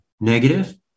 negative